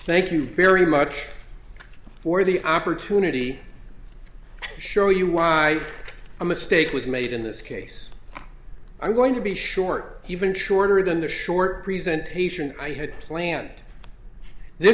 thank you very much for the opportunity to show you why a mistake was made in this case are going to be short even shorter than the short present patient i had planned this